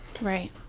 Right